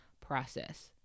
process